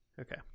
Okay